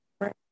Right